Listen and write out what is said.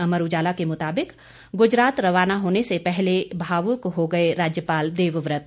अमर उजाला के मुताबिक गुजरात रवाना होने से पहले भावुक हो गए राज्यपाल देवव्रत